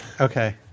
Okay